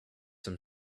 some